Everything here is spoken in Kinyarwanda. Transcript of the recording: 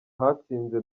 hatsinze